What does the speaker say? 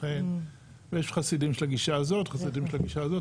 ולכן יש חסידים של הגישה הזאת וחסידים של הגישה הזאת,